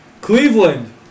Cleveland